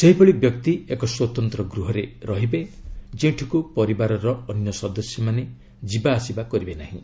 ସେହିଭଳି ବ୍ୟକ୍ତି ଏକ ସ୍ୱତନ୍ତ୍ର ଗୃହରେ ରହିବେ ଯେଉଁଠିକୁ ପରିବାରର ଅନ୍ୟ ସଦସ୍ୟମାନେ ଯିବା ଆସିବା କରିବେ ନାହିଁ